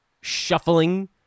shuffling